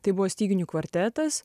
tai buvo styginių kvartetas